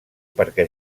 perquè